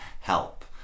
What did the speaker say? help